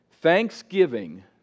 Thanksgiving